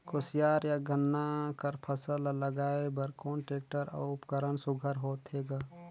कोशियार या गन्ना कर फसल ल लगाय बर कोन टेक्टर अउ उपकरण सुघ्घर होथे ग?